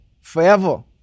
forever